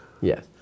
Yes